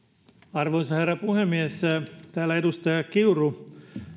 arvoisa herra puhemies täällä edustaja kiuru